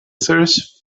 search